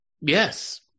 Yes